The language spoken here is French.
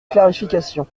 clarification